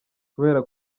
kubera